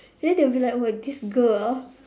then they will be like oh my this girl ah